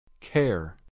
Care